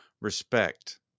respect